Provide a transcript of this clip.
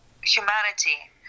humanity